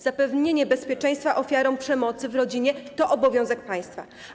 Zapewnienie bezpieczeństwa ofiarom przemocy w rodzinie to obowiązek państwa.